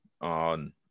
on